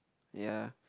ya